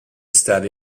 study